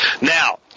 Now